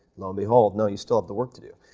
low and behold, no, you still have the work to do.